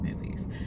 movies